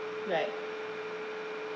right